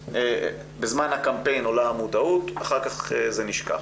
בזמן הקמפיין עולה המודעות ואחר כך זה נשכח.